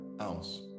ounce